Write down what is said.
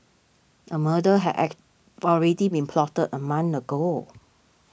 a murder had already been plotted a month ago